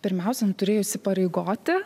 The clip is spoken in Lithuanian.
pirmiausia turėjo įsipareigoti